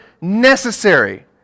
necessary